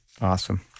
Awesome